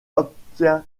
obtient